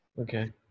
okay